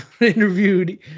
interviewed